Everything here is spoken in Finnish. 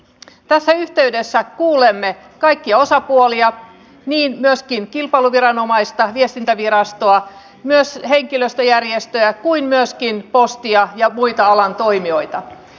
tässä yhteydessä kuulemme kaikkia osapuolia niin kilpailuviranomaista viestintävirastoa ja myös henkilöstöjärjestöjä kuin myöskin postia ja muita alan toimijoita